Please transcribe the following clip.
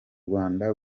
rwanda